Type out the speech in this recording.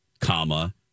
comma